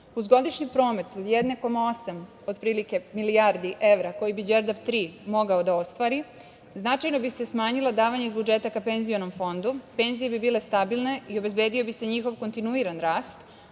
uz godišnji promet od 1,8 otprilike milijardi evra koje bi Đerdap 3 mogao da ostvari, značajno bi se smanjila davanja iz budžeta ka penzionom fondu, penzije bi bile stabilne i obezbedio bi se njihov kontinuiran rast,